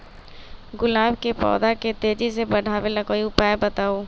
गुलाब के पौधा के तेजी से बढ़ावे ला कोई उपाये बताउ?